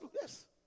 Yes